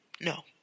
no